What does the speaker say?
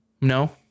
no